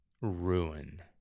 ruin